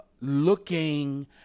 looking